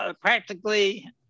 practically